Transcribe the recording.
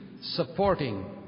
supporting